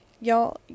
y'all